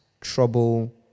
trouble